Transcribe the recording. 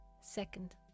Second